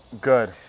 Good